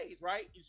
right